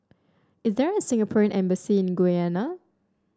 is there a Singapore Embassy in Guyana